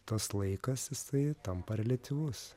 tas laikas jisai tampa reliatyvus